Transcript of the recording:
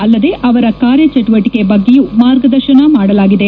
ಅಲ್ಲದೇ ಅವರ ಕಾರ್ಯಚಿಟುವಟಿಕೆ ಬಗ್ಗೆಯೂ ಮಾರ್ಗದರ್ಶನ ಮಾಡಲಾಗಿದೆ